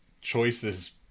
choices